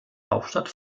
hauptstadt